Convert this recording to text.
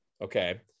Okay